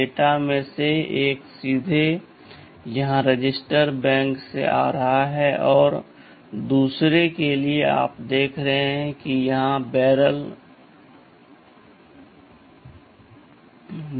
data में से एक सीधे यहां रजिस्टर बैंक से आ रहा है और दूसरे के लिए आप देख रहे हैं कि यहां बैरल बैटर है